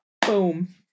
Boom